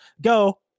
Go